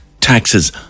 taxes